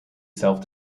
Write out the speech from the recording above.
self